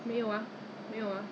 so painful leh because